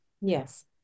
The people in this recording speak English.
Yes